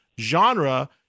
genre